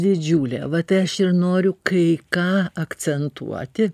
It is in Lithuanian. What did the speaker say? didžiulė vat aš ir noriu kai ką akcentuoti